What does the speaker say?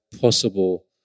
possible